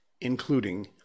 including